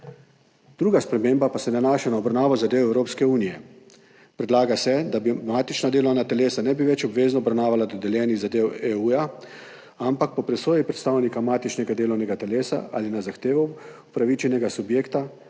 Druga sprememba pa se nanaša na obravnavo zadev Evropske unije. Predlaga se, da matična delovna telesa ne bi več obvezno obravnavala dodeljenih zadev EU, ampak po presoji predstavnika matičnega delovnega telesa ali na zahtevo upravičenega subjekta,